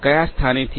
કયા સ્થાનેથી